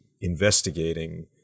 investigating